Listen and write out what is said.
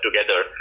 together